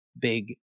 big